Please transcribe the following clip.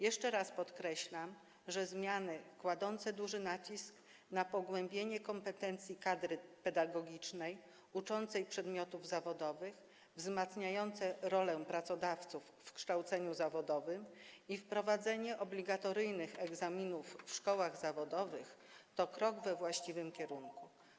Jeszcze raz podkreślam, że zmiany, których celem jest położenie dużego nacisku na zwiększenie kompetencji kadry pedagogicznej uczącej przedmiotów zawodowych, wzmocnienie roli pracodawców w kształceniu zawodowym i wprowadzenie obligatoryjnych egzaminów w szkołach zawodowych, to krok we właściwym kierunku.